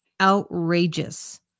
outrageous